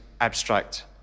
abstract